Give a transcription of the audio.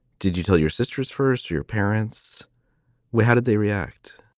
did you tell your sisters first who your parents were? how did they react?